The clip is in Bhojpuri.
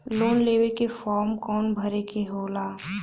लोन लेवे के फार्म कौन भरे के होला?